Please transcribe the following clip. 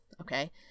okay